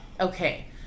okay